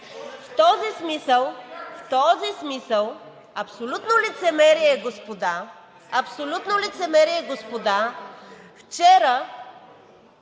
В този смисъл абсолютно лицемерие е, господа, вчера